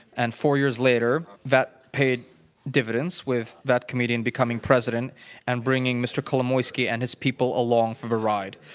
and four years later, that paid dividends with that comedian becoming president and bringing mr. kolomoyskyi and his people along for the ride.